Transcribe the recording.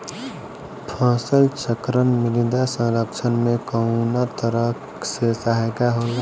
फसल चक्रण मृदा संरक्षण में कउना तरह से सहायक होला?